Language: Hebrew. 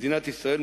מדינת ישראל,